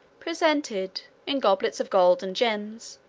presented, in goblets of gold and gems,